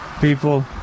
People